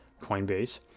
Coinbase